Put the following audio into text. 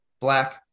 Black